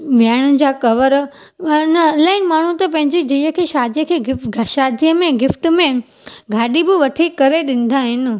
वियाणनि जा कवर आहिनि अलाई माण्हू त पंहिंजी धीअ खे शादी खे गिफ ग शादीअ में गिफ़्ट में गाॾी बि वठी करे ॾींदा आहिनि